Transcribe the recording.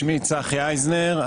שמי צחי אייזנר,